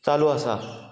चालू आसा